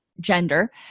gender